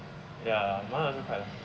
ya ya that one also quite